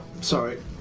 sorry